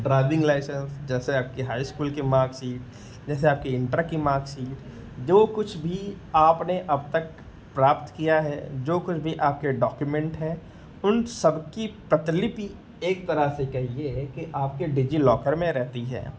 driving licence जैसे आपके high school की मार्कशीट जैसे आपकी इन्टर की मार्कशीट जो कुछ भी आपने अब तक प्राप्त किया है जो कुछ भी आपके डॉक्यूमेन्ट हैं उन सबकी प्रतिलिपि एक तरह से कहिए कि आपके डिज़िलॉकर में रहती हैं